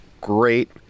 great